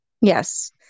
Yes